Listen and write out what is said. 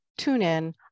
TuneIn